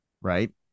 right